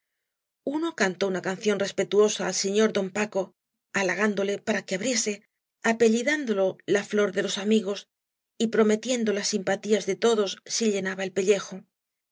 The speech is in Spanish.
uno cantó una canción respetuosa ai siñor don paco halagándole para que abriese apellidándolo la flor de los amigos y prometiendo las simpa tias de todos si llenaba el pellejo